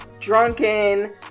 drunken